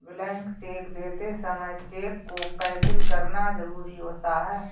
blank cheque देते समय cheque को कैंसिल करना जरुरी होता है